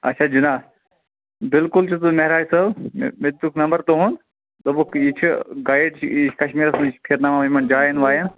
آچھا جناب بالکل چھُس بہٕ محراج صوب مےٚ دِیٛتُکھ نمبر تُہنٛد دوٚپُکھ یہِ چھُ گایڈ چھُ یہِ چھُ کشمیٖرس منٛز یہِ چھُ پھرناوان یِمن جاین واین